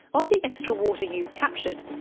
of the extra water you've captured,